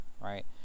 right